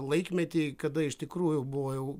laikmetį kada iš tikrųjų buvo jau